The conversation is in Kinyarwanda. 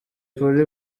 polly